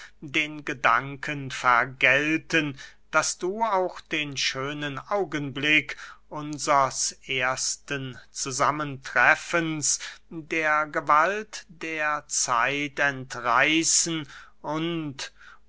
den gedanken vergelten daß du auch den schönen augenblick unsers ersten zusammentreffens der gewalt der zeit entreißen und